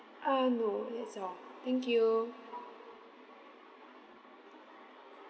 um no that's all thank you